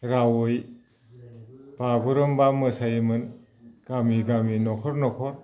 रावै बागुरुमबा मोसायोमोन गामि गामि न'खर न'खर